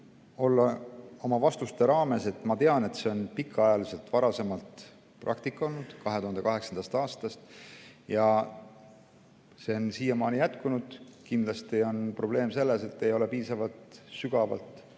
olla oma vastuste raames. Ma tean, et see on pikaaegne varasem praktika olnud, alates 2008. aastast, ja see on siiamaani jätkunud. Kindlasti on probleem selles, et ei ole piisavalt sügavalt